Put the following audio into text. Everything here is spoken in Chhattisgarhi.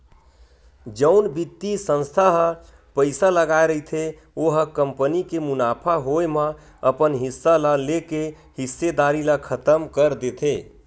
जउन बित्तीय संस्था ह पइसा लगाय रहिथे ओ ह कंपनी के मुनाफा होए म अपन हिस्सा ल लेके हिस्सेदारी ल खतम कर देथे